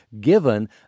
given